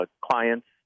clients